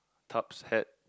tub's hat